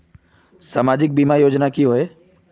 सामाजिक बीमा योजना की होय?